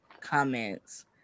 comments